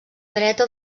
dreta